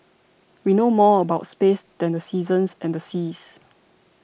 we know more about space than the seasons and the seas